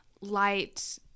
light